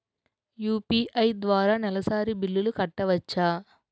UPI ద్వారా నెలసరి బిల్లులు కట్టవచ్చా?